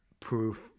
Proof